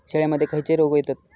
शेळ्यामध्ये खैचे रोग येतत?